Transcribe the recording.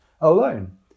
alone